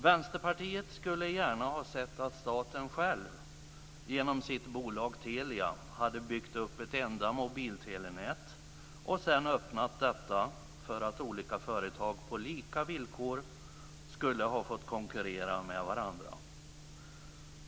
Vänsterpartiet skulle gärna ha sett att staten själv genom sitt bolag Telia hade byggt upp ett enda mobiltelenät och sedan öppnat detta för att olika företag på lika villkor skulle ha fått konkurrera med varandra.